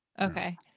okay